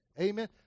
Amen